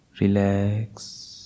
relax